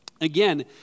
Again